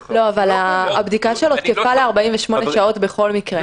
הבדיקה תקפה ל-48 שעות בכל מקרה.